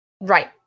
Right